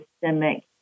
systemic